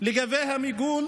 לגבי המיגון